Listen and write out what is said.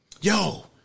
Yo